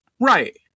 Right